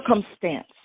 circumstance